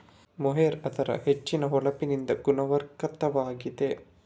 mohair ಅದರ ಹೆಚ್ಚಿನ ಹೊಳಪಿನಿಂದ ಗಮನಾರ್ಹವಾಗಿದೆ